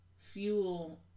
Fuel